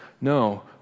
No